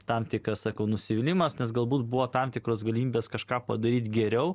tam tikras sakau nusivylimas nes galbūt buvo tam tikros galimybės kažką padaryt geriau